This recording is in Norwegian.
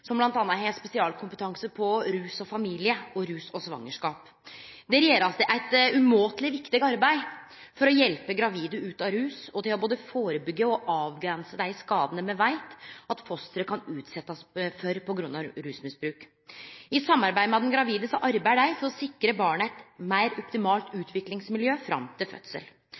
som bl.a. har spesialkompetanse på rus og familie og rus og svangerskap. Der blir det gjort eit umåteleg viktig arbeid for å hjelpe gravide ut av rus og for både å førebyggje og å avgrense dei skadane me veit at fosteret kan utsetjast for på grunn av rusmisbruk. I samarbeid med den gravide arbeider dei for å sikre barnet eit meir optimalt utviklingsmiljø fram til